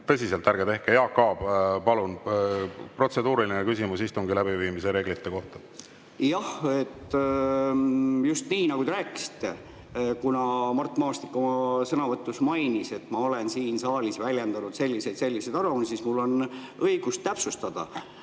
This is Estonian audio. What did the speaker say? Tõsiselt, ärge tehke! Jaak Aab, palun! Protseduuriline küsimus istungi läbiviimise reeglite kohta. Jah, just nii, nagu te rääkisite. Kuna Mart Maastik oma sõnavõtus mainis, et ma olen siin saalis väljendanud selliseid ja selliseid arvamusi, siis mul on õigus täpsustada.